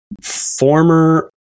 Former